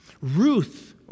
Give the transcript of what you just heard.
Ruth